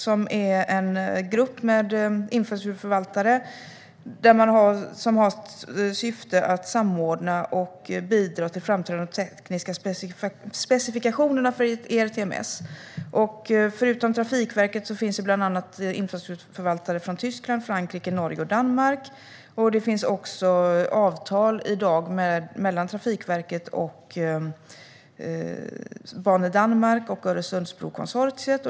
Det är en grupp med infrastrukturförvaltare som har till syfte att samordna och bidra till de framtida tekniska specifikationerna för ERTMS. Förutom Trafikverket finns bland andra infrastrukturförvaltare från Tyskland, Frankrike, Norge och Danmark med. Det finns också i dag avtal mellan Trafikverket, Banedanmark och Öresundsbrokonsortiet.